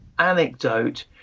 anecdote